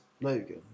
Logan